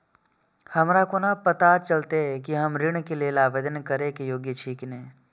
हमरा कोना पताा चलते कि हम ऋण के लेल आवेदन करे के योग्य छी की ने?